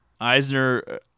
Eisner